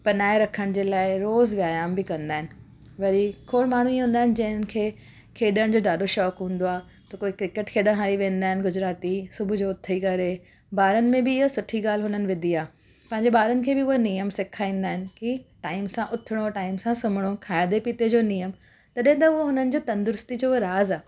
बनाए रखण जे लाइ रोज़ व्यायामु बि कंदा आहिनि वरी कोई माण्हू ईअं हूंदा आहिनि जंहिंखे खेॾण जो ॾाढो शौंक़ु हूंदो आहे त कोई क्रिकेट खेॾण हली वेंदा आहिनि गुजराती सुबुह जो उथी करे ॿारनि में बि इहा सुठी ॻाल्हि हुननि विधी आहे पंहिंजे ॿारनि खे बि हूअ नियम सेखारींदा आहिनि की टाइम सां उथणो टाइम सां सुमणो खाधे पीते जो नियम तॾहिं त हुओ हुननि जो तंदुरुस्ती जो उहो राज़ आहे